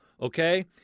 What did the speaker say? Okay